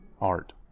art